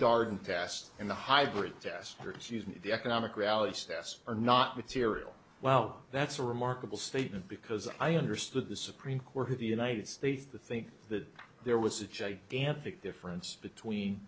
garden past and the hybrid testers using the economic reality staffs are not material well that's a remarkable statement because i understood the supreme court of the united states the think that there was a gigantic difference between